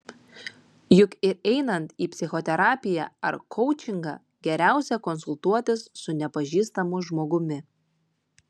juk ir einant į psichoterapiją ar koučingą geriausia konsultuotis su nepažįstamu žmogumi